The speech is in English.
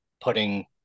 putting